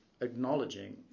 acknowledging